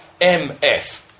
MF